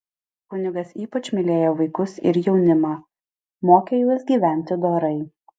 kunigas ypač mylėjo vaikus ir jaunimą mokė juos gyventi dorai